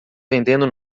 vendendo